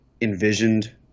envisioned